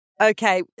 Okay